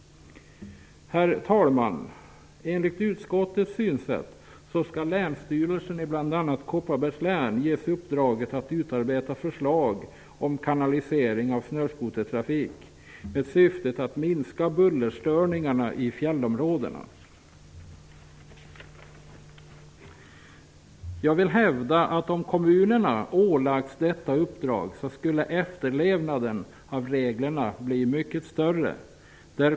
Herr talman! Enligt utskottets synsätt skall länsstyrelsen i bl.a. Kopparbergs län ges uppdraget att utarbeta förslag om kanalisering av snöskotertrafik i syfte att minska bullerstörningarna i fjällområdena. Om kommunerna ålagts detta uppdrag, skulle efterlevnaden av reglerna bli mycket större.